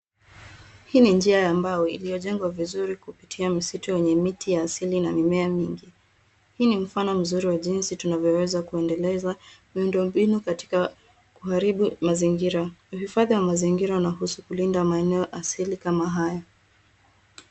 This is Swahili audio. Hii ni njia ya mbao iliyojengwa vizuri kupitia msitu wenye miti ya asili na mimea mingi. Hii ni mfano mzuri wa jinsi tunavyoweza kuendeleza miundombinu katika kuharibu mazingira. Uhifadhi wa mazingira unahusu kulinda maeneo asili kama haya.